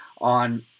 on